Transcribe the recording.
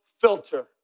filter